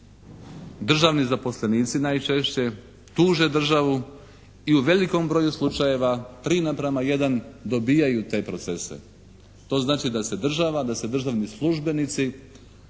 državni zaposlenici najčešće, tuže državu i u velikom broju slučajeva 3:1 dobijaju te procese. To znači da se država, da se državni službenici